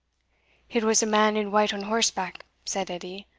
it was a man in white on horseback, said edie,